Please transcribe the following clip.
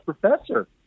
professor